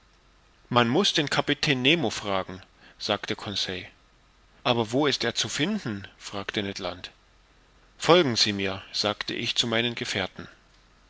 man muß den kapitän nemo fragen sagte conseil aber wo ist er zu finden fragte ned land folgen sie mir sagte ich zu meinen gefährten